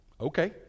Okay